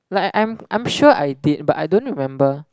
like I'm I'm sure I did but I don't remember